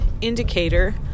indicator